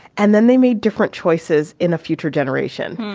and then they made different choices in a future generation,